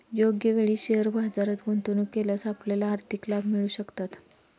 योग्य वेळी शेअर बाजारात गुंतवणूक केल्यास आपल्याला आर्थिक लाभ मिळू शकतात